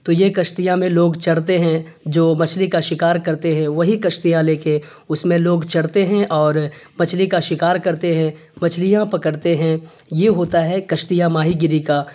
تو یہ کشتیاں میں لوگ چڑھتے ہیں جو مچھلی کا شکار کرتے ہیں وہی کشتیاں لے کے اس میں لوگ چڑھتے ہیں اور مچھلی کا شکار کرتے ہیں مچھلیاں پکڑتے ہیں یہ ہوتا ہے کشتیاں ماہی گیری کا